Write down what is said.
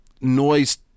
noise